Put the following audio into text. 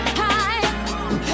high